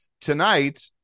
tonight